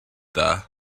there